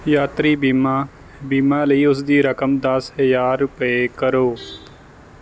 ਯਾਤਰੀ ਬੀਮਾ ਬੀਮਾ ਲਈ ਉਸ ਦੀ ਰਕਮ ਦਸ ਹਜ਼ਾਰ ਰੁਪਏ ਕਰੋ